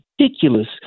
ridiculous